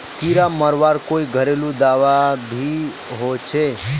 कीड़ा मरवार कोई घरेलू दाबा भी होचए?